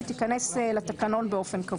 שתיכנס לתקנון באופן קבוע.